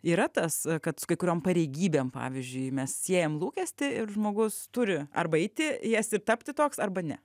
yra tas kad su kai kuriom pareigybėm pavyzdžiui mes siejam lūkestį ir žmogus turi arba eiti į jas ir tapti toks arba ne